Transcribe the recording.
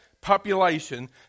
population